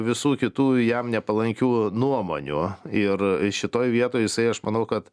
visų kitų jam nepalankių nuomonių ir šitoj vietoj jisai aš manau kad